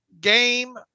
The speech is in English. game